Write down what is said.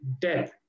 death